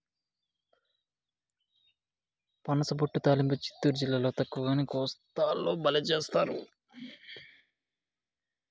పనసపొట్టు తాలింపు చిత్తూరు జిల్లాల తక్కువగానీ, కోస్తాల బల్లే చేస్తారు